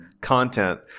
content